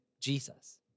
Jesus